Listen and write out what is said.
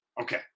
Okay